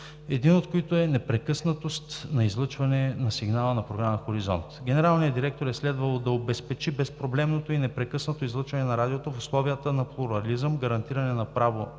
един от които е непрекъснатост на излъчване на сигнала на програма „Хоризонт“. Генералният директор е следвало да обезпечи безпроблемното и непрекъснато излъчване на радиото в условия на плурализъм, гарантиране на право